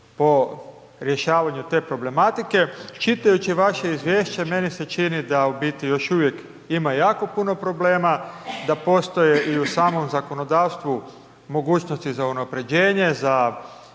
po rješavanju te problematike. Čitajući vaše izvješće meni se čini da u biti još uvijek ima jako puno problema da postoje i u samom zakonodavstvu mogućnosti za unapređenje za